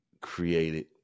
created